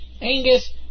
Angus